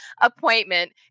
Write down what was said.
appointment